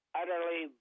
utterly